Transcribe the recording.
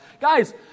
Guys